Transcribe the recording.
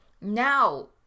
now